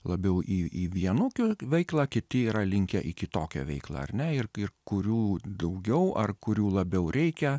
labiau į į vienokią veiklą kiti yra linkę į kitokią veiklą ar ne ir ir kurių daugiau ar kurių labiau reikia